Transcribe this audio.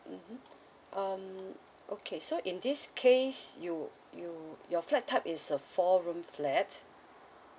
mmhmm um okay so in this case you you your flat type is a four room flat